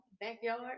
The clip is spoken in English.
backyard